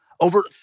Over